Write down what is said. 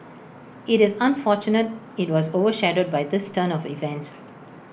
IT is unfortunate IT was over shadowed by this turn of events